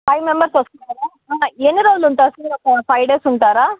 five members వస్తున్నారా ఎన్ని రోజులు ఉంటారు సార్ ఒక ఫైవ్ డేస్ ఉంటారా